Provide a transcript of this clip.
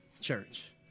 church